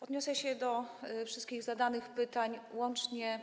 Odniosę się do wszystkich zadanych pytań łącznie.